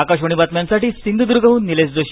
आकाशवाणी बातम्यांसाठी सिंधुदुर्गहून निलेश जोशी